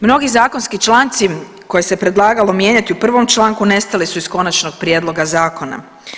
Mnogi zakonski članci koje se predlagalo mijenjati u prvom članku, nestali su iz konačnog prijedloga zakona.